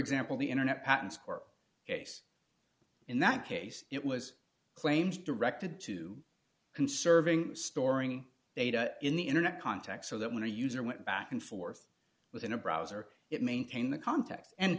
example the internet patents court case in that case it was claims directed to conserving storing data in the internet context so that when a user went back and forth within a browser it maintain the context and